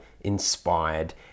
inspired